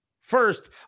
First